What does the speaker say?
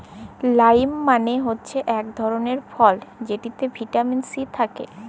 lime মালে হচ্যে ইক ধরলের ফল যেটতে ভিটামিল সি থ্যাকে